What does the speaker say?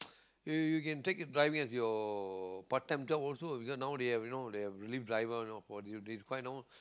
you can take driving as your part time job also cause nowaday they have you know the relief driver you know for this quite a number of